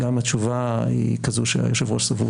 גם אם התשובה היא כזו שהיושב-ראש סבור